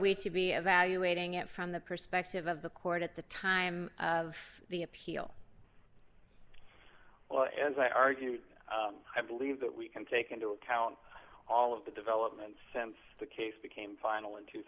we should be evaluating it from the perspective of the court at the time of the appeal as i argued i believe that we can take into account all of the developments since the case became final in two